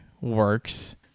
works